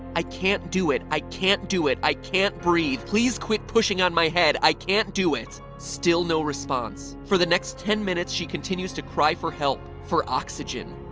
i can't do it. i can't do it. i can't breathe. please quit pushing on my head. i can't do it. still no response. for the next ten minutes she continues to cry for help for oxygen.